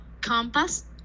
compass